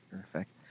Perfect